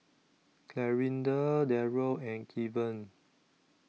Clarinda Daryl and Keven